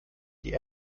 die